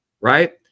right